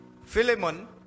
Philemon